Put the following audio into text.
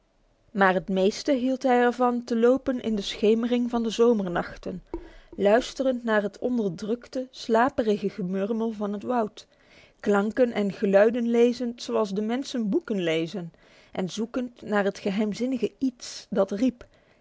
maar het meest hield hij er van te lopen in de schemering van de zomernachten luisterend naar het onderdrukte slaperige gemurmel van het woud klanken en geluiden lezend zoals de mensen boeken lezen en zoekend naar het geheimzinnige iets dat riep